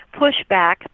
pushback